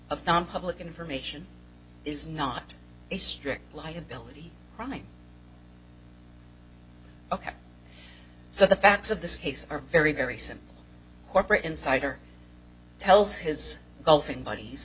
of nonpublic information is not a strict liability crime ok so the facts of this case are very very simple corporate insider tells his golfing buddies